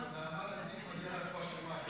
לנעמה לזימי מגיעה רפואה שלמה.